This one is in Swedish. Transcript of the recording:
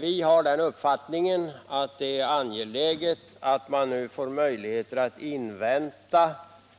Vi har den uppfattningen att det är angeläget att man får möjligheter att invänta